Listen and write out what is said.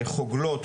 חוגלות,